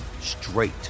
straight